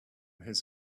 his